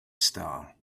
star